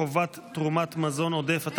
חובת תרומת מזון עודף),